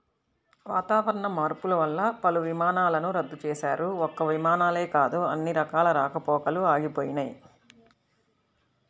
వాతావరణ మార్పులు వల్ల పలు విమానాలను రద్దు చేశారు, ఒక్క విమానాలే కాదు అన్ని రకాల రాకపోకలూ ఆగిపోయినయ్